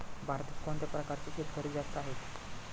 भारतात कोणत्या प्रकारचे शेतकरी जास्त आहेत?